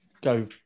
go